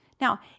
Now